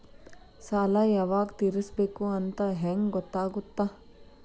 ಸಾಲ ಯಾವಾಗ ತೇರಿಸಬೇಕು ಅಂತ ಹೆಂಗ್ ಗೊತ್ತಾಗುತ್ತಾ?